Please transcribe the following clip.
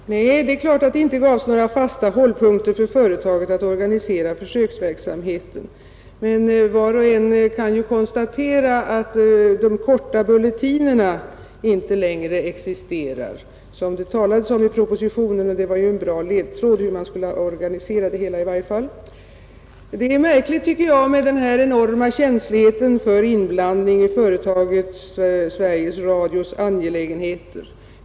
Herr talman! Nej, det är klart att det inte gavs några fasta hållpunkter för företaget att organisera försöksverksamheten. Men var och en kan ju konstatera att de korta bulletinerna inte längre existerar som det talades om i propositionen, och det var ju en bra ledtråd hur man skulle organisera det hela i varje fall. Det är märkligt med denna enorma känslighet för inblandning i företaget Sveriges Radios angelägenheter.